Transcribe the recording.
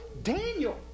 Daniel